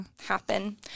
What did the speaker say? happen